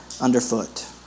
underfoot